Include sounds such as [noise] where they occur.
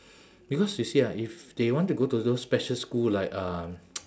because you see ah if they want to go to those special school like um [noise]